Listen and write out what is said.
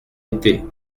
été